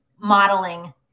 modeling